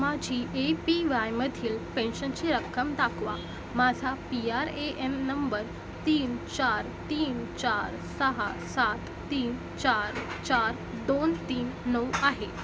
माझी A P वायमधील पेन्शनची रक्कम दाखवा माझा P R A N number तीन चार तीन चार सहा सात तीन चार चार दोन तीन नऊ आहे